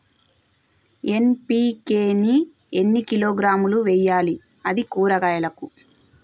NPK ని ఎన్ని కిలోగ్రాములు వెయ్యాలి? అది కూరగాయలకు?